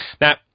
Now